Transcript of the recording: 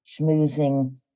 schmoozing